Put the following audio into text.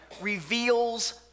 reveals